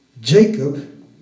Jacob